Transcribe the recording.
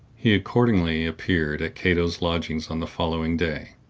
he accordingly appeared at cato's lodgings on the following day,